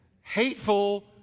hateful